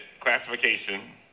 classification